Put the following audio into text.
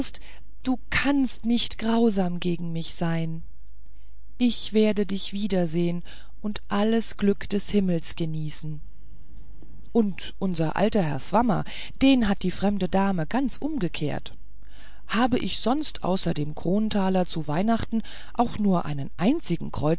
du kannst nicht grausam gegen mich sein ich werde dich wiedersehen und alles glück des himmels genießen und unsern alten herrn swammer den hat die fremde dame ganz umgekehrt habe ich sonst außer dem kronentaler zu weihnachten auch nur einen einzigen